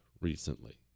recently